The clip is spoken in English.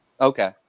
Okay